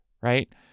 right